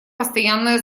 постоянная